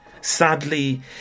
Sadly